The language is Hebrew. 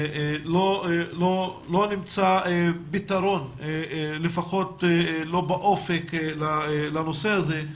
לא נמצא בפתרון, לפחות לא באופק לנושא הזה,